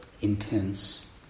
intense